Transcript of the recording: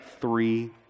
three